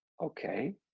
okay